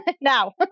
now